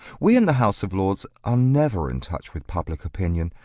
we in the house of lords are never in touch with public opinion.